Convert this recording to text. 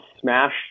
smash